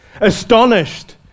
astonished